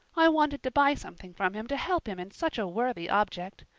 i wanted to buy something from him to help him in such a worthy object.